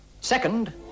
Second